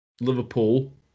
Liverpool